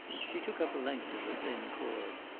she took up a length of the thin cord.